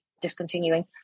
discontinuing